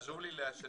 חשוב לי שנבין,